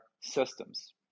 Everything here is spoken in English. systems